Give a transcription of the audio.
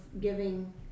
giving